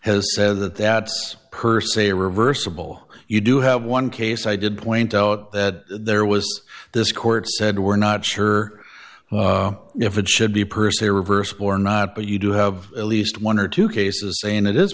said that that's per se reversible you do have one case i did point out that there was this court said we're not sure if it should be per se reversed or not but you do have at least one or two cases saying it is